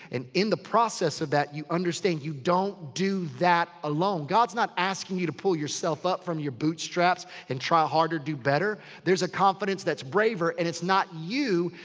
and in the process of that. you understand you don't do that alone. god's not asking you to pull yourself up from your boot straps and try harder. do better. there's a confidence that's braver. and it's not you.